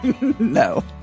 No